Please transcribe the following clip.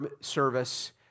service